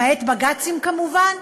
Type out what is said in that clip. למעט בג"צים כמובן,